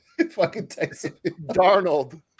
Darnold